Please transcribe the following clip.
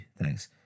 thanks